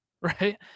Right